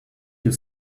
you